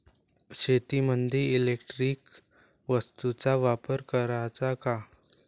शेतीमंदी इलेक्ट्रॉनिक वस्तूचा वापर कराचा का?